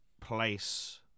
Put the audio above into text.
place